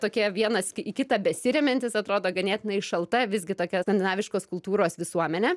tokie vienas į kitą besiremiantys atrodo ganėtinai šalta visgi tokia skandinaviškos kultūros visuomenė